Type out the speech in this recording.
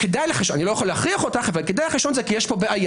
לא יכול להכריח אותך אבל מעיר לך שכדאי לך לשנות את זה כי יש פה בעיה.